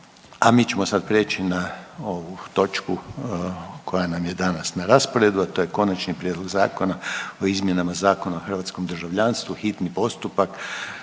a mi ćemo prijeći na ovu točku koja nam je danas na raspravi, a to je: - Konačni prijedlog zakona o izmjenama Zakona o hrvatskom državljanstvu, hitni postupak,